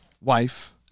wife